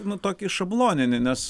nu tokį šabloninį nes